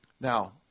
Now